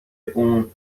اون